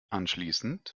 anschließend